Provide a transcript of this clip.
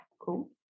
Cool